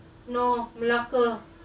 no malacca